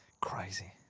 Crazy